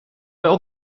wel